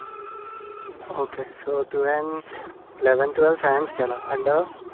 so तुवें eleven twelfth science केलां under